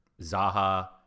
Zaha